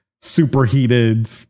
superheated